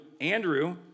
Andrew